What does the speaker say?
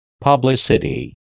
Publicity